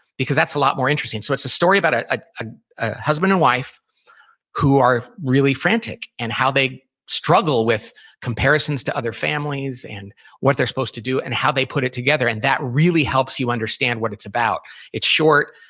because that's a lot more interesting so it's a story about ah a husband and wife who are really frantic. and how they struggle with comparisons to other families and what they're supposed to do, and how they put it together. and that really helps you understand what it's about it's short,